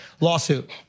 Lawsuit